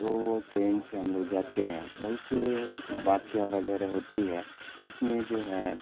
تو وہ ٹرین سے ہم لوگ جاتے ہیں بہت سے واقعہ وغیرہ ہوتی ہے جس میں جو ہے